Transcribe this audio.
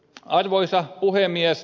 arvoisa puhemies